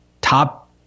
top